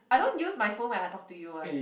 I don't use my phone when I talk to you [one]